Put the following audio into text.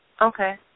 Okay